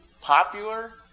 popular